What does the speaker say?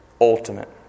ultimate